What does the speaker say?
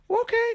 Okay